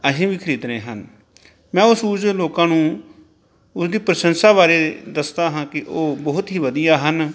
ਅਸੀਂ ਵੀ ਖਰੀਦਣੇ ਹਨ ਮੈਂ ਉਹ ਸੂਜ ਲੋਕਾਂ ਨੂੰ ਉਹਦੀ ਪ੍ਰਸ਼ੰਸਾ ਬਾਰੇ ਦੱਸਦਾ ਹਾਂ ਕਿ ਉਹ ਬਹੁਤ ਹੀ ਵਧੀਆ ਹਨ